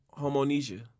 Homonesia